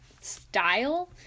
style